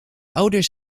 ouders